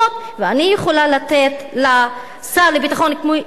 ואני יכולה לתת לשר לביטחון הפנים,